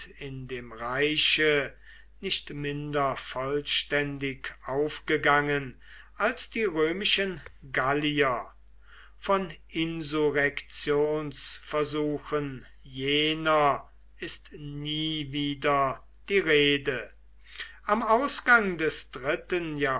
in dem reiche nicht minder vollständig aufgegangen als die römischen gallier von insurrektionsversuchen jener ist nie wieder die rede am ausgang des dritten